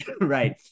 right